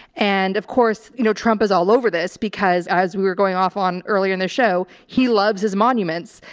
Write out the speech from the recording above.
and of course, you know, trump is all over this because as we were going off on earlier in the show, he loves his monuments.